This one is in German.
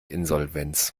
insolvenz